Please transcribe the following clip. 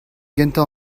gentañ